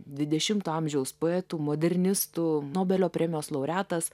dvidešimto amžiaus poetų modernistų nobelio premijos laureatas